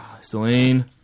Celine